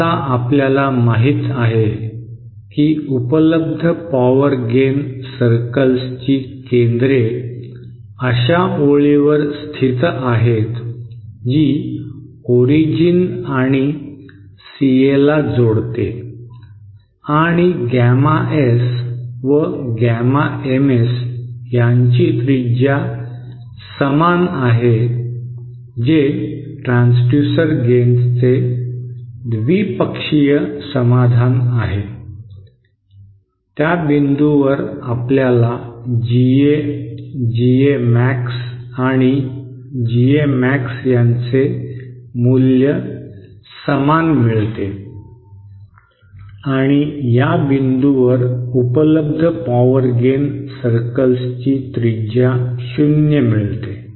आता आपल्याला माहित आहे की उपलब्ध पॉवर गेन सर्कल्सची केंद्रे अशा ओळीवर स्थित आहेत जी ओरिजिन आणि CAला जोडते आणि गॅमा एस व गॅमा MS यांची त्रिज्या समान आहे जे ट्रान्सड्यूसर गेनचे द्विपक्षीय समाधान आहे त्या बिंदूवर आपल्याला GA GA मॅक्स आणि गत मॅक्स यांचे मूल्य समान मिळते आणि या बिंदूवर उपलब्ध पॉवर गेन सर्कल्सची त्रिज्या शून्य मिळते